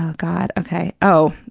god, okay. oh,